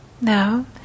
Now